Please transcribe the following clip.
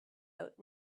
out